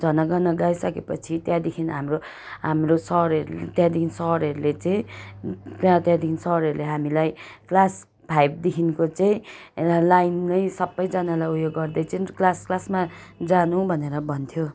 जन गन गाइसकेपछि त्यहाँदेखि हाम्रो हाम्रो सरहरूले त्यहाँदेखि सरहरूले चाहिँ त्यहाँ त्यहाँदेखि सरहरूले हामीलाई क्लास फाइभदेखिको चाहिँ लाइन नै सबैजनालाई उयो गर्दै चाहिँ क्लास क्लासमा जानु भनेर भन्थ्यो